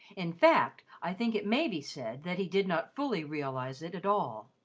in fact, i think it may be said that he did not fully realise it at all.